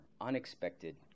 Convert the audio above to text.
unexpected